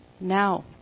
now